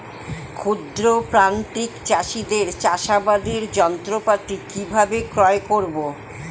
ক্ষুদ্র প্রান্তিক চাষীদের চাষাবাদের যন্ত্রপাতি কিভাবে ক্রয় করব?